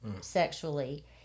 sexually